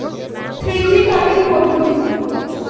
Three G cutting পদ্ধতি কি?